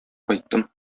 кайттым